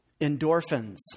Endorphins